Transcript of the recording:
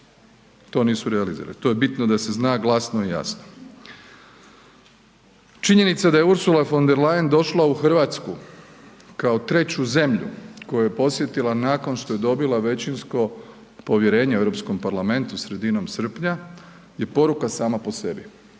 to nisu realizirali, to je bitno da se zna glasno i jasno. Činjenica da je Ursula von der Leyen došla u RH kao treću zemlju koju je podsjetila nakon što je dobila većinsko povjerenje u Europskom parlamentu sredinom srpnja je poruka sama po sebi,